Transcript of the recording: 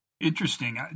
interesting